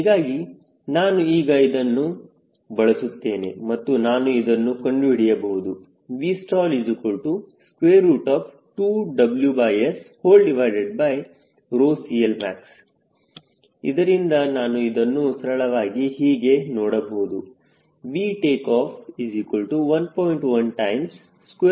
ಹೀಗಾಗಿ ನಾನು ಈಗ ಇದನ್ನು ಬಳಸುತ್ತೇನೆ ಮತ್ತು ನಾನು ಇದನ್ನು ಕಂಡು ಹಿಡಿಯಬಹುದು Vstall2WSCLmax ಇದರಿಂದ ನಾನು ಇದನ್ನು ಸರಳವಾಗಿ ಹೀಗೆ ನೋಡಬಹುದು VTO1